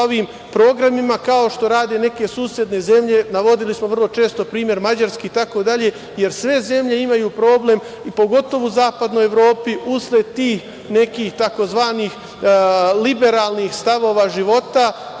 sa ovim programima, kao što rade neke susedne zemlje. Navodili smo vrlo često primer Mađarske, itd. jer sve zemlje imaju problem, pogotovo u zapadnoj Evropi, usled tih tzv. liberalnih stavova života,